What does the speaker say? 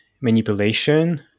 manipulation